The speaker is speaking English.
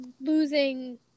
losing